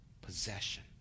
possession